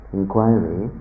inquiry